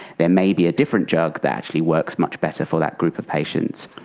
there may be a different drug that actually works much better for that group of patients.